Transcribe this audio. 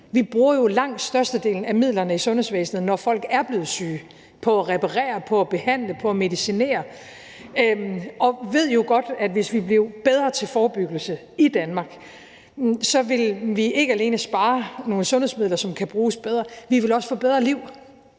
Vi bruger langt størstedelen af midlerne i sundhedsvæsenet, når folk er blevet syge, på at reparere, på at behandle og på at medicinere, og vi ved jo godt, at hvis vi blev bedre til forebyggelse i Danmark, ville vi ikke alene spare nogle sundhedsmidler, som kan bruges bedre, vi ville også få bedre liv.